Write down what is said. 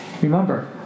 Remember